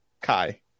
Kai